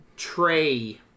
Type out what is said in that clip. tray